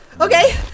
Okay